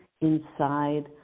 inside